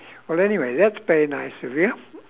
well anyway that's very nice of you